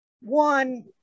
One